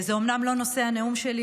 זה אומנם לא נושא הנאום שלי,